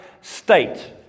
state